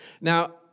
Now